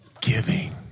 Giving